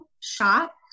shop